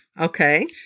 Okay